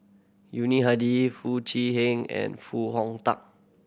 Yuni Hadi Foo Chee Han and Foo Hong Tatt